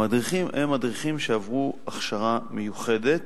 המדריכים עברו הכשרה מיוחדת